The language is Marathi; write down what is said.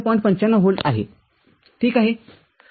९५ व्होल्ट आहे ठीक आहे